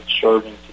serving